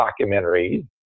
documentaries